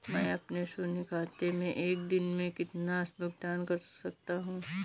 मैं अपने शून्य खाते से एक दिन में कितना भुगतान कर सकता हूँ?